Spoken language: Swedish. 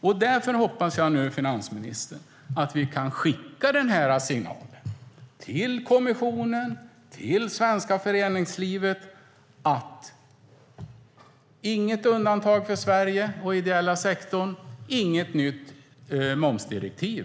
Jag hoppas, finansministern, att vi kan skicka signalen till kommissionen och till det svenska föreningslivet att om det inte blir ett undantag för Sverige och den ideella sektorn blir det inget nytt momsdirektiv.